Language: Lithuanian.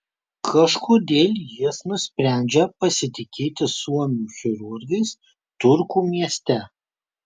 kažkodėl jis nusprendžia pasitikėti suomių chirurgais turku mieste